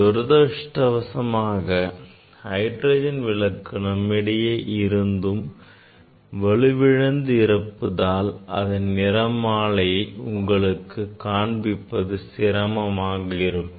துரதிஷ்டவசமாக hydrogen விளக்கு நம்மிடையே இருந்தும் வலுவிழந்து இருப்பதால் அதன் நிறமாலையை உங்களுக்கு காண்பிப்பது சிரமமாக இருக்கும்